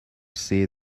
see